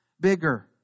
bigger